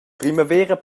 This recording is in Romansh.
primavera